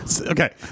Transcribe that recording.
Okay